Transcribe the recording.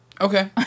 Okay